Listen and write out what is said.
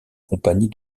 compagnie